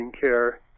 care